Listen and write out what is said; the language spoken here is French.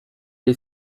est